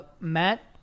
Matt